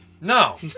No